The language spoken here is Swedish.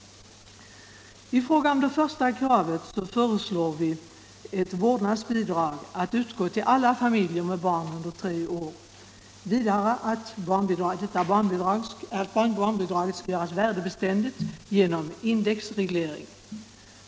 I fråga om det första kravet föreslår vi ett vårdnadsbidrag att utgå till alla familjer med barn under tre år och vidare att barnbidraget skall göras värdebeständigt genom indexreglering.